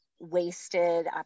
wasted